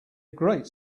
great